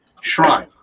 shrine